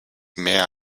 mehr